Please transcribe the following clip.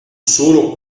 solo